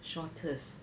shortest